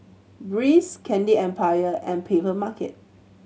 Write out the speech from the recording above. Breeze Candy Empire and Papermarket